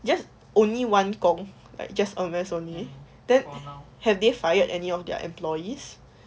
just only one 工 like just a rest only then have they fired any of their employees